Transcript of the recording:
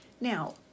Now